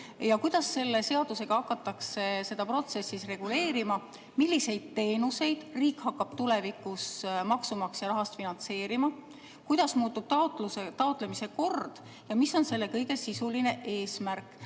Kuidas selle seadusega hakataks seda protsessi reguleerima? Milliseid teenuseid riik hakkab tulevikus maksumaksja rahast finantseerima? Kuidas muutub taotlemise kord? Ja mis on selle kõige sisuline eesmärk?